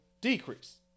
decrease